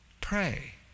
Pray